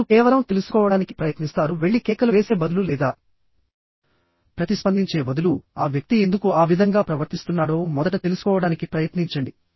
మీరు కేవలం తెలుసుకోవడానికి ప్రయత్నిస్తారు వెళ్లి కేకలు వేసే బదులు లేదా ప్రతిస్పందించే బదులు ఆ వ్యక్తి ఎందుకు ఆ విధంగా ప్రవర్తిస్తున్నాడో మొదట తెలుసుకోవడానికి ప్రయత్నించండి